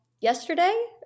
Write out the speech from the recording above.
yesterday